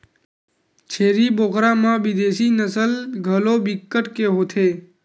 छेरी बोकरा म बिदेसी नसल घलो बिकट के होथे